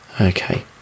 Okay